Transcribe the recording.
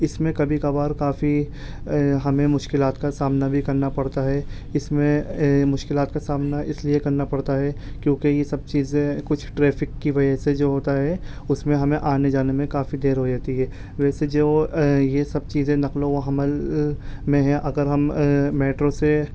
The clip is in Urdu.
اس میں کبھی کبھار کافی اے ہمیں مشکلات کا سامنا بھی کرنا پڑتا ہے اس میں مشکلات کا سامنا اس لیے کرنا پڑتا ہے کیونکہ یہ سب چیزیں کچھ ٹریفک کی وجہ سے جو ہوتا ہے اس میں ہمیں آنے جانے میں کافی دیر ہو جا تی ہے ویسے جو یہ سب چیزیں نقل و حمل میں ہے اگر ہم میٹرو سے